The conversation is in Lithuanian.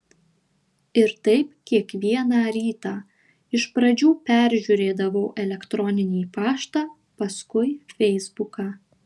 ir taip kiekvieną rytą iš pradžių peržiūrėdavau elektroninį paštą paskui feisbuką